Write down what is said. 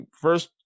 first